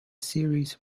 series